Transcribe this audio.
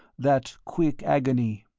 that quick agony.